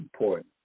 important